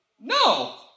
No